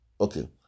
Okay